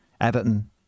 Everton